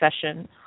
session